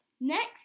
Next